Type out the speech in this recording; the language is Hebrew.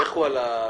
לכו על,